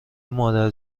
مادر